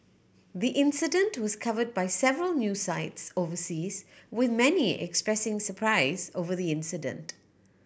the incident was covered by several new sites overseas with many expressing surprise over the incident